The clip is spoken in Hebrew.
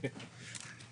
הסתייגות.